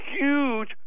huge